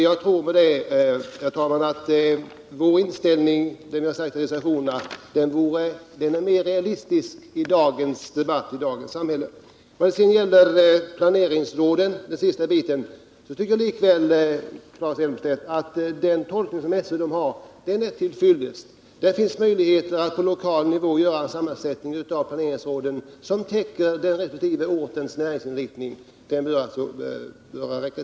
Jag tror, herr talman, att den inställning som vi har givit uttryck för i reservationerna är mer realistisk än utskottsmajoritetens. Vad sedan gäller planeringsråden tycker jag likväl, Claes Elmstedt, att SÖ:s tolkning är till fyllest. Det finns möjligheter att på lokal nivå ge planeringsråden en sammansättning som täcker resp. orts näringsinriktning.